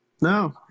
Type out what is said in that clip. No